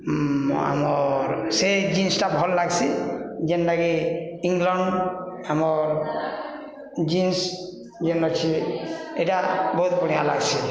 ଆମର୍ ସେ ଜିନ୍ସ୍ଟା ଭଲ୍ ଲାଗ୍ସି ଯେନ୍ଟାକି ଇଂଲଣ୍ଡ୍ ଆମର୍ ଜିନ୍ସ ଯେନ୍ ଅଛେ ଇଟା ବହୁତ୍ ବଢ଼ିଆ ଲାଗ୍ସି